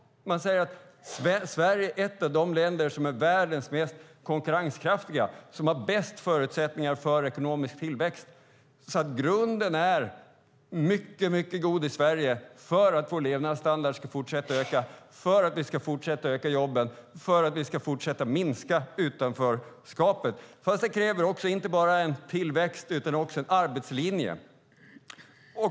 Man säger att Sverige är ett av de länder i världen som är mest konkurrenskraftiga och har bäst förutsättningar för ekonomisk tillväxt. Grunden är mycket god i Sverige för att vår levnadsstandard ska fortsätta att öka, för att vi ska fortsätta att öka jobben och för att vi ska fortsätta att minska utanförskapet. Men det kräver inte bara tillväxt utan också en arbetslinje.